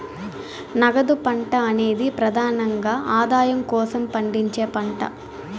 నగదు పంట అనేది ప్రెదానంగా ఆదాయం కోసం పండించే పంట